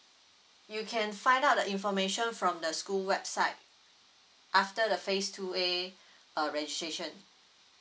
you can find out the information from the school website after the phase two A uh registration